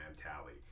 tally